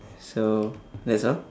so that's all